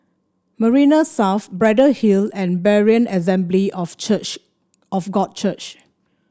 Marina South Braddell Hill and Berean Assembly of Church of God Church